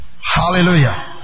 Hallelujah